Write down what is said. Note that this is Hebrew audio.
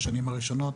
בשנים הראשונות,